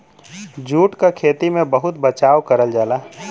jute क खेती में बहुत बचाव करल जाला